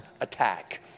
attack